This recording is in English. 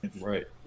right